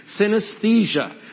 Synesthesia